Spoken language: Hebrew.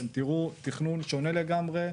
אתם תראו תכנון שונה לגמרי,